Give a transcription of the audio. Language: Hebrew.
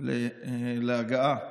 להגעה